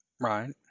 Right